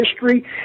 history